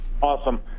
Awesome